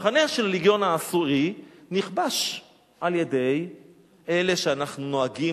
המחנה של הלגיון העשירי נכבש על-ידי אלה שאנחנו נוהגים,